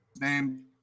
Name